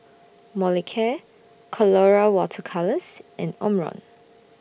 Molicare Colora Water Colours and Omron